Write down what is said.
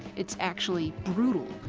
it's actually brutal,